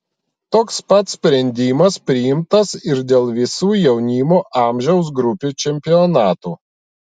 toks pat sprendimas priimtas ir dėl visų jaunimo amžiaus grupių čempionatų